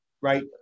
right